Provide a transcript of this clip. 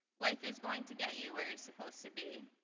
life is going to get you were you're supposed to be.